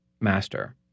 master